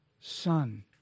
son